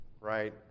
right